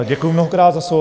Děkuji mnohokrát za slovo.